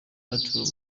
arthur